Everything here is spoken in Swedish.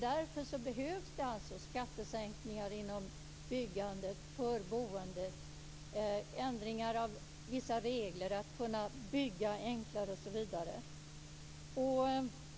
Därför behövs det skattesänkningar när det gäller byggandet och boendet och ändringar av vissa regler. Det handlar om att man ska kunna bygga enklare osv.